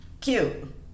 cute